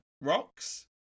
Rocks